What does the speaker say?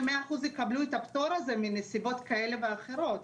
ו-100% יקבלו את הפטור הזה מנסיבות כאלה ואחרות.